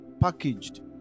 packaged